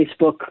Facebook